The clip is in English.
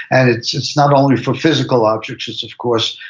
and it's it's not only for physical objects. it's, of course,